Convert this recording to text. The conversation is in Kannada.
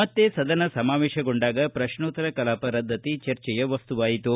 ಮತ್ತೆ ಸದನ ಸಮಾವೇಶಗೊಂಡಾಗ ಪ್ರಶ್ನೋತ್ತರ ಕಲಾಪ ರದ್ದತಿ ಚರ್ಚೆಯ ವಸ್ತುವಾಯಿತು